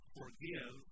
forgive